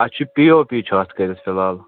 اَسہِ چھُ P O P چھُ اَتھ کٔرِتھ فِلحال